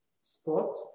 spot